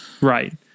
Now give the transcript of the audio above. Right